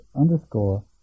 underscore